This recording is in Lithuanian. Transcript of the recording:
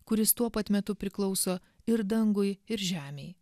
kuris tuo pat metu priklauso ir dangui ir žemei